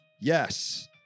Yes